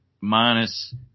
minus